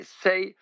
say